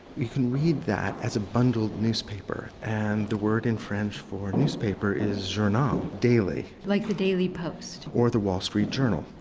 you can read that as a bundled newspaper. and the word in french for newspaper is journal or um daily. like the daily post. or the wall street journal.